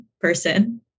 person